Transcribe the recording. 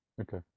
okay